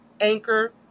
Anchor